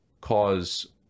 cause